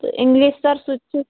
تہٕ English sir سُہ تہِ چھُ